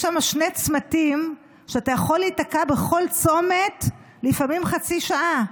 יש שם שני צמתים שאתה יכול להיתקע בכל צומת לפעמים חצי שעה,